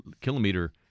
kilometer